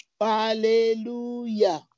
hallelujah